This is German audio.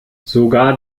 sogar